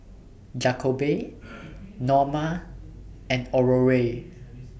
Jakobe Norma and Aurore